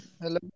Hello